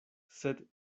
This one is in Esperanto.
sed